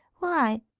why?